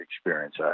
experience